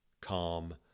calm